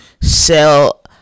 sell